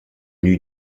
eût